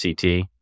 CT